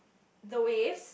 the waves